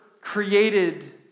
created